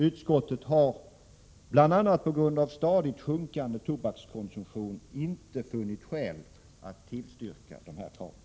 Utskottet har bl.a. på grund av stadigt sjunkande tobakskonsumtion inte funnit skäl att tillstyrka kravet på höjd tobaksskatt.